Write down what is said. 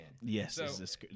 Yes